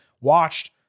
watched